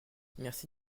merci